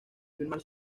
firmar